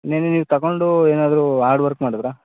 ನಿನ್ನೆ ನೀವು ತಗೊಂಡು ಏನಾದರೂ ಆರ್ಡ್ ವರ್ಕ್ ಮಾಡಿದ್ರಾ